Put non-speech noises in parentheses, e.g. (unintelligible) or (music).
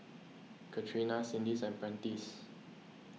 Catrina (unintelligible) and Prentiss